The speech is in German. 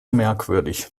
merkwürdig